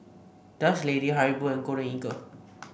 Dutch Lady Haribo Golden Eagle